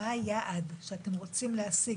מה היעד שאתם רוצים להשיג?